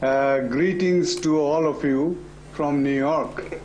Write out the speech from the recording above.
שלום לכולם מניו-יורק,